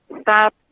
stop